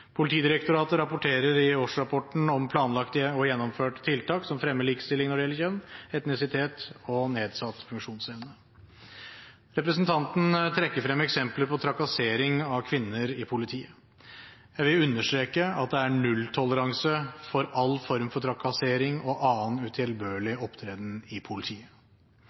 Politidirektoratet rapporterer i årsrapporten om planlagte og gjennomførte tiltak som fremmer likestilling når det gjelder kjønn, etnisitet og nedsatt funksjonsevne. Representanten trekker frem eksempler på trakassering av kvinner i politiet. Jeg vil understreke at det er nulltoleranse for all form for trakassering og annen utilbørlig opptreden i politiet.